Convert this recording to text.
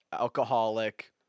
alcoholic